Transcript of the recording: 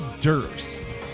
durst